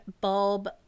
bulb